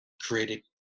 created